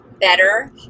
better